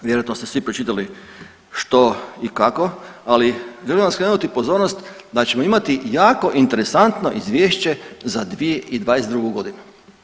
Vjerojatno sve svi pročitali što i kako, ali želim vam skrenuti pozornost da ćemo imati jako interesantno izvješće za 2022. godinu.